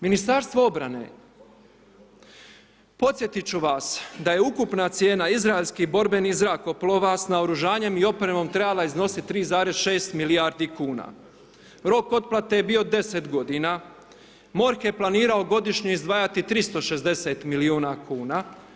Ministarstvo obrane, podsjetiti ću vas da je ukupna cijena izraelskih borbenih zrakoplova sa naoružanjem i opremom trebala iznositi 3,6 milijardi kuna, rok otplate je bio 10 godina, MORH je planirao godišnje izdvajati 360 milijuna kuna.